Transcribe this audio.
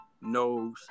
knows